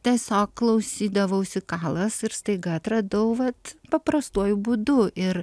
tiesiog klausydavausi kalas ir staiga atradau vat paprastuoju būdu ir